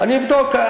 אני אבדוק.